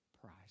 price